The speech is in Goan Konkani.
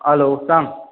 हॅलो सांग